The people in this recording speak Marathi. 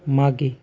मागे